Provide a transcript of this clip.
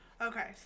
Okay